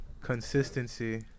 Consistency